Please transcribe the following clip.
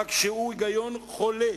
רק שהוא היגיון חולה,